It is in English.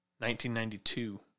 1992